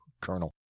Colonel